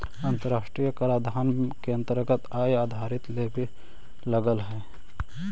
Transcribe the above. अन्तराष्ट्रिय कराधान के अन्तरगत आय आधारित लेवी लगअ हई